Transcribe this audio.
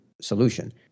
solution